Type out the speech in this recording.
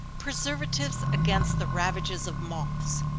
preservatives against the ravages of moths.